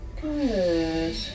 Good